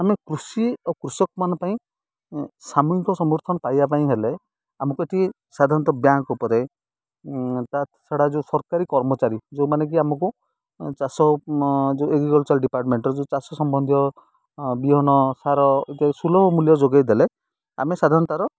ଆମେ କୃଷି ଆଉ କୃଷକମାନ ସାମୂହିକ ସମର୍ଥନ ପାଇବା ପାଇଁ ହେଲେ ଆମକୁ ଏଠି ସାଧାରଣତଃ ବ୍ୟାଙ୍କ ଉପରେ ତା'ଛଡ଼ା ଯେଉଁ ସରକାରୀ କର୍ମଚାରୀ ଯେଉଁମାନେ କି ଆମକୁ ଚାଷ ଯେଉଁ ଏଗ୍ରିକଲଚର୍ ଡିପାର୍ଟମେଣ୍ଟର ଯେଉଁ ଚାଷ ସମ୍ବନ୍ଧୀୟ ବିହନ ସାର ଇତ୍ୟାଦି ସୁଲଭ ମୂଲ୍ୟ ଯୋଗାଇ ଦେଲେ ଆମେ ସାଧାରଣ ତା'ର